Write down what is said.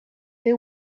they